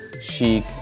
chic